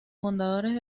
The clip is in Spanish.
fundadores